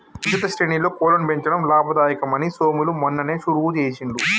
ఉచిత శ్రేణిలో కోళ్లను పెంచడం లాభదాయకం అని సోములు మొన్ననే షురువు చేసిండు